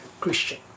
Christian